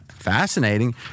Fascinating